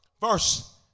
Verse